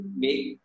make